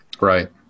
right